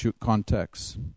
contexts